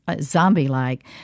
zombie-like